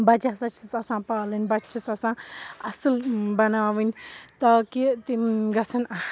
بَچہِ ہَسا چھِس آسان پالٕنۍ بَچہِ چھِس آسان اَصٕل بَناوٕنۍ تاکہِ تِم گَژھَن